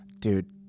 dude